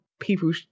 people